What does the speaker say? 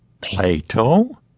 Plato